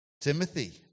Timothy